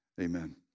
Amen